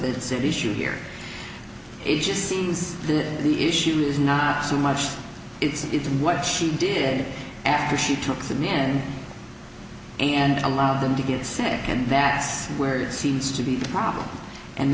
of this issue here it just seems that the issue is not so much it's what she did after she took the men and allowed them to get sick and that's where it seems to be a problem and